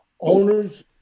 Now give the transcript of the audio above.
Owners